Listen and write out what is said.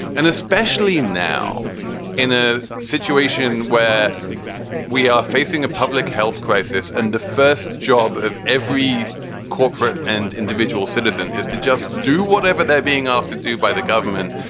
and especially now in a situation where we are facing a public health crisis and the first job of every corporate and individual citizen is to just do whatever they're being asked to do by the government,